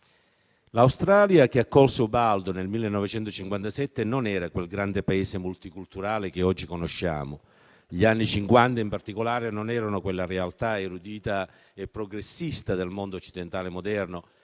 L'Australia che ha corso Ubaldo nel 1957 non era quel grande Paese multiculturale che oggi conosciamo. Gli anni Cinquanta, in particolare, non erano quella realtà erudita e progressista del mondo occidentale moderno